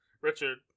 Richard